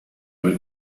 ver